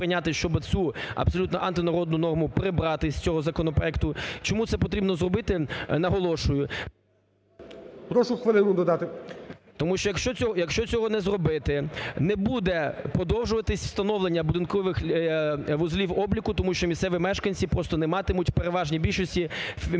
Прошу хвилину додати.